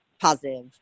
positive